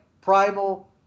Primal